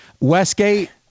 Westgate